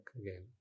again